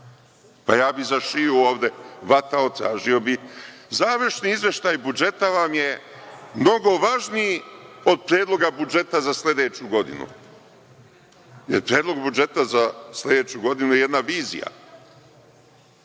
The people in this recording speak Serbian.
Pa, ja bih za šiju ovde hvatao, tražio bih. Završni izveštaj budžeta vam je mnogo važniji od Predloga budžeta za sledeću godinu, jer Predlog budžeta za sledeću godinu je jedna vizija.